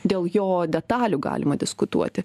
dėl jo detalių galima diskutuoti